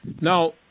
Now